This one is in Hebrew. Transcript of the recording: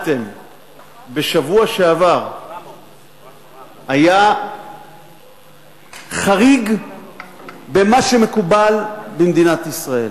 שפעלתם בשבוע שעבר היה חריג במה שמקובל במדינת ישראל,